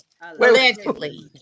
Allegedly